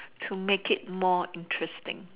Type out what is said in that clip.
to make it more interesting